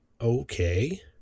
okay